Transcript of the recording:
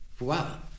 Wow